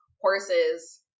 Horses